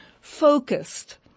focused